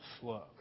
slow